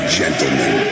gentlemen